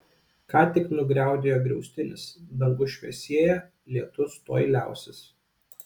ką tik nugriaudėjo griaustinis dangus šviesėja lietus tuoj liausis